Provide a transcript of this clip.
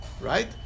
Right